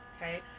okay